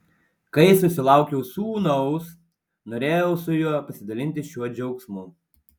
kai susilaukiau sūnaus norėjau su juo pasidalinti šiuo džiaugsmu